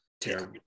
terrible